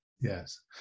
Yes